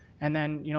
and then, you